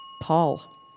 Paul